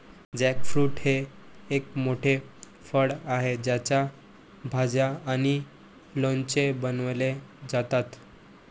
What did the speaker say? jackfruit हे एक मोठे फळ आहे ज्याच्या भाज्या आणि लोणचे बनवले जातात